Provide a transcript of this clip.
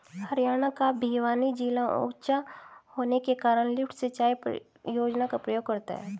हरियाणा का भिवानी जिला ऊंचा होने के कारण लिफ्ट सिंचाई योजना का प्रयोग करता है